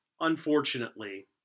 Unfortunately